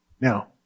Now